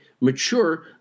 mature